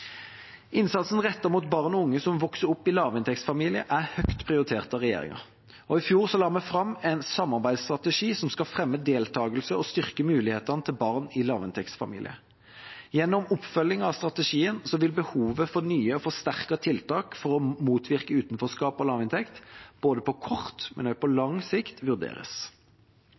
Innsatsen rettet mot barn og unge som vokser opp i lavinntektsfamilier, er høyt prioritert av regjeringa, og i fjor la vi fram en samarbeidsstrategi som skal fremme deltakelse og styrke mulighetene til barn i lavinntektsfamilier. Gjennom oppfølging av strategien vil behovet for nye og forsterkede tiltak for å motvirke utenforskap av lavinntekt både på kort og også på lang sikt vurderes.